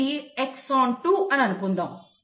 ఇది ఎక్సాన్ 2 అని అనుకుందాం